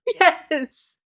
Yes